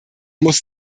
muss